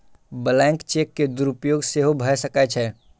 blank cheque के दुरुपयोग सेहो भए सकै छै